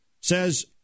says